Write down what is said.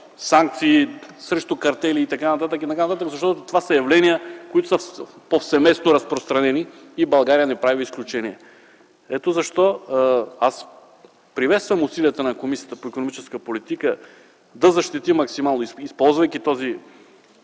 санкции срещу картели и така нататък. Това са явления, които са повсеместно разпространени и България не прави изключение. Ето защо аз приветствам усилията на Комисията по икономическата политика, енергетика и туризъм да защити максимално, използвайки този